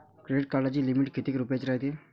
Credit कार्डाची limit कितीक रुपयाची रायते?